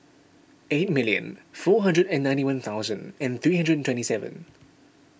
eight million four hundred and ninety one thousand and three hundred twenty seven